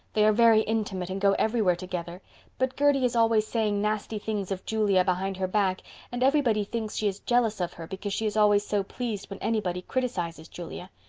they are very intimate and go everywhere together but gertie is always saying nasty things of julia behind her back and everybody thinks she is jealous of her because she is always so pleased when anybody criticizes julia.